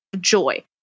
joy